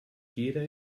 jeder